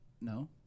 No